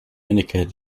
indicate